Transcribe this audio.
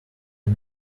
new